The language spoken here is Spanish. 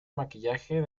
maquillaje